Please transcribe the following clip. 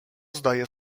zdaje